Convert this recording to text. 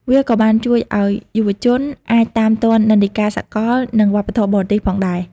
វាក៏បានជួយឱ្យយុវជនអាចតាមទាន់និន្នាការសកលនិងវប្បធម៌បរទេសផងដែរ។